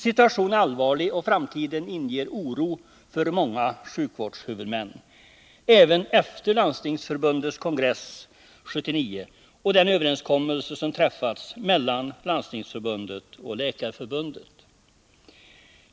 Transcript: Situationen är allvarlig, och framtiden inger oro för många sjukvårdshuvudmän, även efter Landstingsförbundets kongress sommaren 1979, och den överenskommelse som träffats mellan Landstingsförbundet och Läkarförbundet.